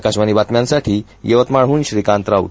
आकाशवाणी बातम्यांसाठी यवतमाळहून श्रीकांत राउत